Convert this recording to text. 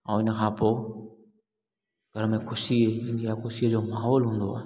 ऐं हिनखां पोइ घर में ख़ुशी ईंदी आहे ख़ुशी जो माहौलु हूंदो आहे